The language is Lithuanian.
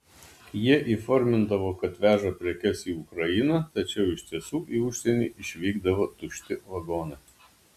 jie įformindavo kad veža prekes į ukrainą tačiau iš tiesų į užsienį išvykdavo tušti vagonai